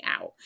out